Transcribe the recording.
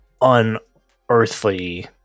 unearthly